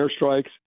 airstrikes